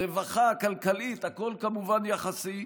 ברווחה הכלכלית, הכול כמובן יחסי,